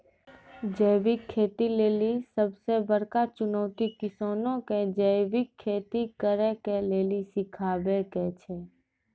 जैविक खेती लेली सबसे बड़का चुनौती किसानो के जैविक खेती करे के लेली सिखाबै के छै